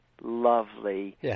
lovely